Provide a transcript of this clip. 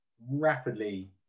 rapidly